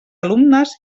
alumnes